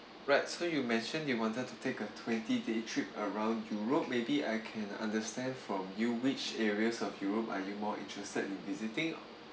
right so you mention you wanted to take a twenty day trip around europe maybe I can understand from you which areas of europe are you more interested in visiting